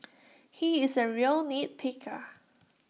he is A real nitpicker